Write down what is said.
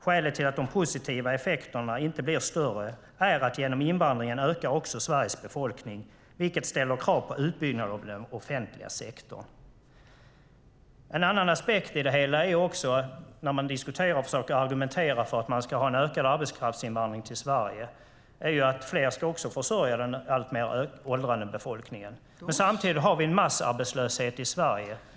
- Skälet till att de positiva effekterna inte blir större är att genom invandringen ökar också Sveriges befolkning, vilket ställer krav på utbyggnad av den offentliga sektorn." En annan aspekt på det hela är att när man diskuterar försöker man argumentera för att man ska ha en ökad arbetskraftsinvandring till Sverige för att fler ska försörja den alltmer åldrande befolkningen. Samtidigt har vi en massarbetslöshet i Sverige.